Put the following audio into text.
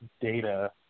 data